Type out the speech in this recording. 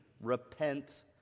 repent